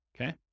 okay